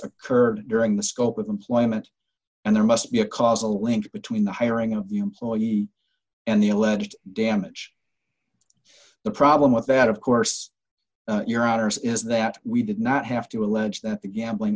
occurred during the scope of employment and there must be a causal link between the hiring a lawyer and the alleged damage the problem with that of course your honour's is that we did not have to allege that the gambling